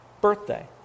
birthday